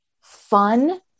fun